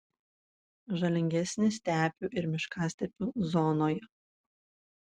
žalingesni stepių ir miškastepių zonoje